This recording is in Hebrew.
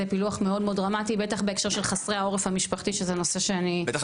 פילוח מאוד דרמטי בטח בהקשר חסרי העורף המשפחתי שזה נושא שאני --- בטח